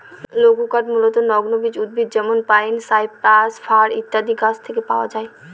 লঘুকাঠ মূলতঃ নগ্নবীজ উদ্ভিদ যেমন পাইন, সাইপ্রাস, ফার ইত্যাদি গাছের থেকে পাওয়া যায়